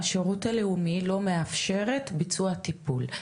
השירות הלאומי לא מאפשרת ביצוע טיפול,